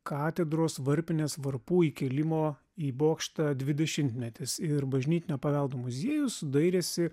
katedros varpinės varpų įkėlimo į bokštą dvidešimtmetis ir bažnytinio paveldo muziejus dairėsi